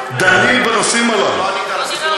אדוני היושב-ראש.